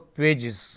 pages